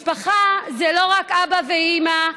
משפחה זה לא רק אבא ואימא.